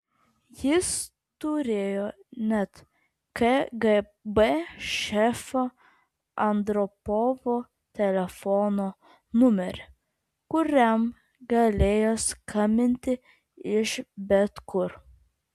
jis turėjo net kgb šefo andropovo telefono numerį kuriam galėjo skambinti iš bet kur